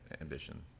ambition